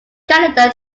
canada